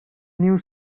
new